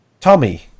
Tommy